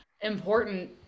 important